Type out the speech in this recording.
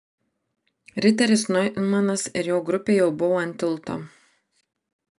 riteris noimanas ir jo grupė jau buvo ant tilto